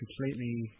completely